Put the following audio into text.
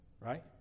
Right